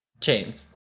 chains